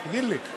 אני מקווה